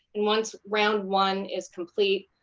once round one is complete,